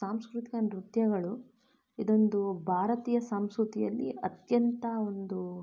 ಸಾಂಸ್ಕೃತಿಕ ನೃತ್ಯಗಳು ಇದೊಂದು ಭಾರತೀಯ ಸಂಸ್ಕೃತಿಯಲ್ಲಿ ಅತ್ಯಂತ ಒಂದು